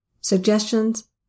suggestions